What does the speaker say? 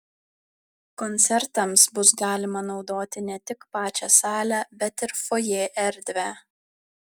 koncertams bus galima naudoti ne tik pačią salę bet ir fojė erdvę